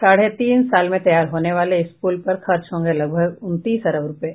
साढ़े तीन साल में तैयार होने वाले इस पुल पर खर्च होंगे लगभग उनतीस अरब रूपये